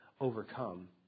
overcome